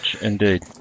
Indeed